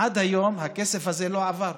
עד היום הכסף הזה לא עבר,